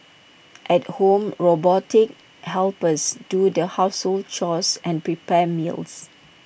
at home robotic helpers do the household chores and prepare meals